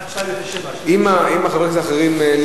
אם חברי הכנסת האחרים,